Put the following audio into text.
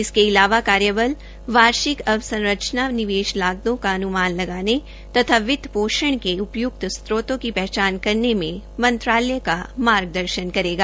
इसके अलावा कार्यबल वार्षिक अवसंरचना निवेश लागतों का अनुमान लगाने तथा वित्त पोषण के उपयुक्त स्त्रोतों की पहचान करने में मंत्रालयों का मार्गदर्शन करेगा